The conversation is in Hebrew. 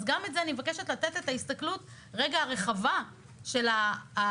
אז גם פה אני מבקשת לתת את ההסתכלות הרחבה של מה